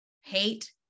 hate